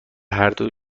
هردو